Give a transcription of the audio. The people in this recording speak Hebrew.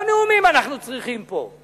לא נאומים אנחנו צריכים פה.